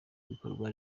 w’ibikorwa